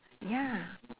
ya